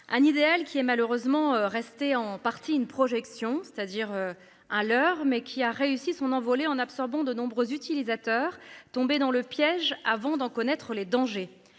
Un idéal qui est malheureusement restée en partie une projection, c'est-à-dire à l'heure mais qui a réussi son envolée en absorbant de nombreux utilisateurs tomber dans le piège. Avant d'en connaître les dangers.